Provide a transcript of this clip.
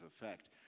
effect